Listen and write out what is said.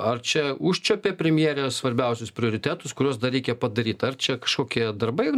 ar čia užčiuopė premjerė svarbiausius prioritetus kuriuos dar reikia padaryt ar čia kažkokie darbai